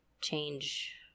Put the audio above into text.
change